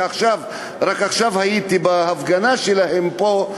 שרק עכשיו הייתי בהפגנה שלהם פה,